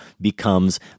becomes